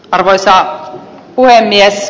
arvoisa puhemies